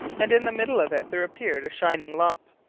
and in the middle of it there appeared a shining lump.